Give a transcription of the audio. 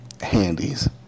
handies